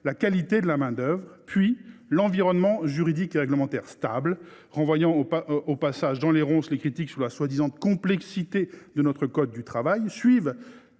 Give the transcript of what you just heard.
la qualité de la main d’œuvre ; puis, vient l’environnement juridique et réglementaire stable, renvoyant au passage dans les ronces les critiques sur la prétendue complexité de notre code du travail. Suivent